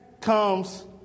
comes